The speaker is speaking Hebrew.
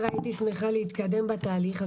הייתי שמחה יותר להתקדם בתהליך.